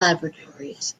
laboratories